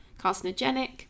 carcinogenic